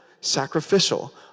sacrificial